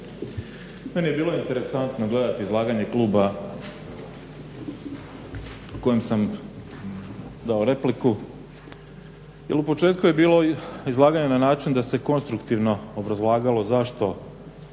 Meni je bilo interesantno gledati izlaganje kluba kojem sam dao repliku jer u početku je bilo izlaganje na način da se konstruktivno obrazlagalo zašto